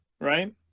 right